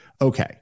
okay